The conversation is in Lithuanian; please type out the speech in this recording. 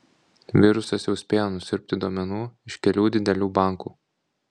virusas jau spėjo nusiurbti duomenų iš kelių didelių bankų